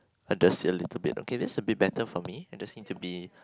adjust it a little bit okay that's a bit better for me I just need to be